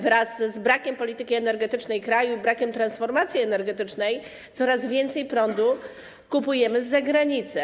Wraz z brakiem polityki energetycznej kraju i brakiem transformacji energetycznej coraz więcej prądu kupujemy z zagranicy.